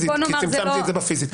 בפיזית כי צמצמתי את זה בפיזית.